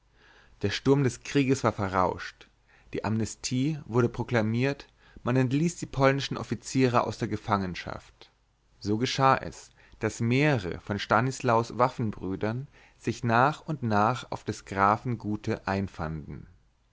der sturm des krieges war verrauscht die amnestie wurde proklamiert man entließ die polnischen offiziere aus der gefangenschaft so geschah es daß mehrere von stanislaus waffenbrüdern sich nach und nach auf des grafen gute einfanden